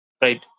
Right